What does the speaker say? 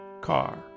car